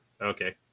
Okay